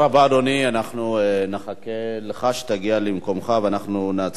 אנחנו נחכה לך שתגיע למקומך ואנחנו נצביע על הצעת החוק.